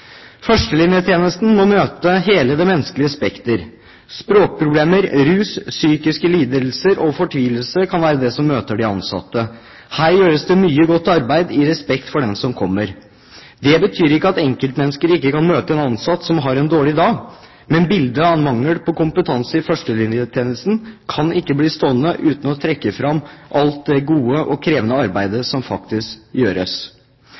Førstelinjetjenesten må møte hele det menneskelige spekter. Språkproblemer, rusproblemer, psykiske lidelser og fortvilelse kan være det som møter de ansatte. Her gjøres det mye godt arbeid, i respekt for den som kommer. Det betyr ikke at enkeltmennesker ikke kan møte en ansatt som har en dårlig dag, men bildet av mangel på kompetanse i førstelinjetjenesten kan ikke bli stående uten at man trekker fram alt det gode og krevende arbeidet som faktisk gjøres.